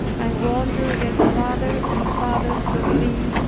i wandered yet farther and farther from thee,